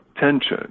tension